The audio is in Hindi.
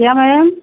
क्या मैम